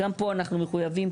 גם פה אנחנו מחויבים,